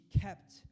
kept